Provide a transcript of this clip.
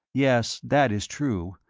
yes, that is true,